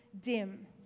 dim